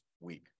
week